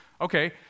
Okay